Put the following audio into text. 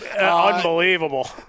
Unbelievable